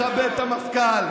אוהב ומכבד את המפכ"ל,